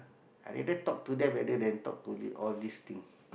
I rather talk to them rather than talk to the~ all these thing